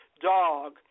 dog